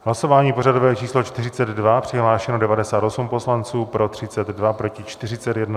Hlasování pořadové číslo 42, přihlášeno 98 poslanců, pro 32, proti 41.